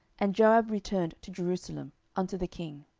and joab returned to jerusalem unto the king.